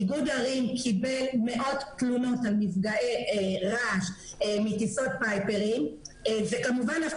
איגוד ערים קיבל מאות תלונות על מפגעי רעש מטיסות פייפרים וכמובן אף